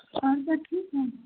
اور سب ٹھیک ہیں